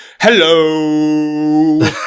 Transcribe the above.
hello